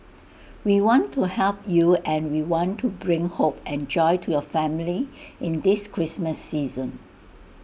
we want to help you and we want to bring hope and joy to your family in this Christmas season